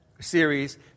series